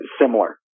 similar